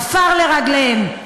עפר לרגליהם.